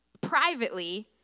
privately